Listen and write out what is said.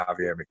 javier